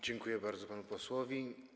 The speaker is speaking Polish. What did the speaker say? Dziękuję bardzo panu posłowi.